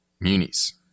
munis